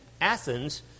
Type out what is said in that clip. Athens